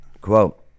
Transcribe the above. Quote